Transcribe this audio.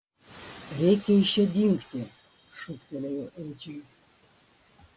reikia iš čia dingti šūktelėjau edžiui